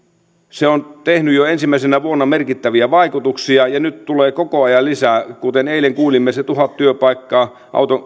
se on tehnyt jo ensimmäisenä vuonna merkittäviä vaikutuksia ja nyt tulee koko ajan lisää kuten eilen kuulimme se tuhat työpaikkaa